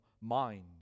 mind